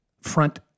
front